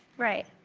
right.